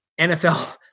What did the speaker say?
NFL